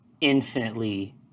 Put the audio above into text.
infinitely